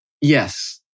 yes